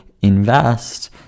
invest